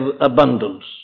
abundance